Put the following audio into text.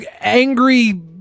angry